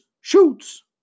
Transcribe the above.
Shoots